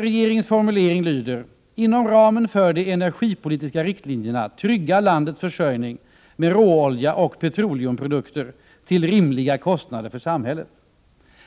Regeringens formulering lyder nämligen: ”Inom ramen för de energipolitiska riktlinjerna trygga landets försörjning med råolja och petroleumprodukter till rimliga kostnader för samhället.”